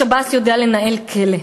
השב"ס יודע לנהל כלא.